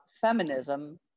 feminism